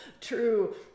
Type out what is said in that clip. true